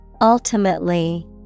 Ultimately